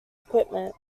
equipment